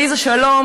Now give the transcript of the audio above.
"עליזה, שלום.